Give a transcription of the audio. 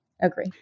Agree